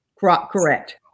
Correct